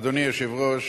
אדוני היושב-ראש,